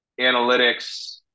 analytics